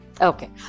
Okay